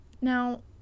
Now